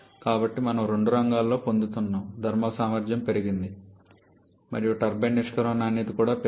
కాబట్టి మనము రెండు రంగాల్లోనూ పొందుతున్నాము థర్మల్ సామర్థ్యం పెరిగింది మరియు టర్బైన్ నిష్క్రమణ నాణ్యత కూడా పెరిగింది